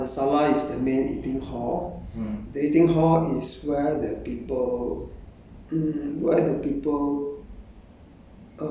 got work to do after that you gotta clean up the sala the sala is the main eating hall the eating hall is where that people